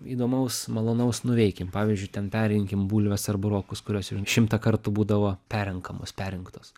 įdomaus malonaus nuveikim pavyzdžiui ten perrinkim bulves ar burokus kurios jau šimtą kartų būdavo perrenkamos perrinktos